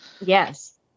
Yes